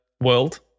world